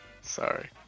Sorry